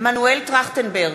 מנואל טרכטנברג,